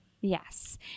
yes